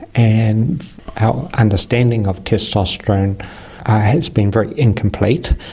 and our understanding of testosterone has been very incomplete,